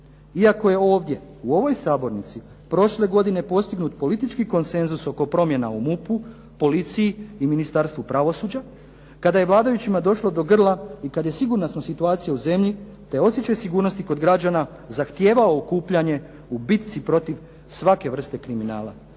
iako je ovdje u ovoj sabornici prošle godine postignut politički konsenzus oko promjena u MUP-u, policiji i Ministarstvu pravosuđa, kada je vladajućima došlo do grla i kad je sigurnosna situacija u zemlji te osjećaj sigurnosti kod građana zahtijevao okupljanje u bitci protiv svake vrste kriminala.